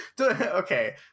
okay